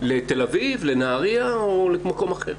לתל אביב, לנהריה או לכל מקום אחר.